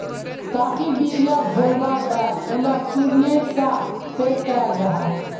काफी बीज लाक घोल्वार बाद उलाक चुर्नेर सा पैक कराल जाहा